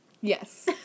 Yes